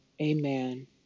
amen